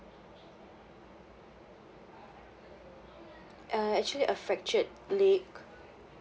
uh actually a fractured leg